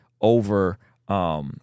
over—